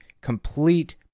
complete